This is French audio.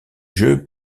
jeu